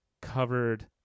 covered